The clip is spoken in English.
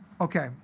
Okay